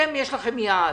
יש לכם יעד.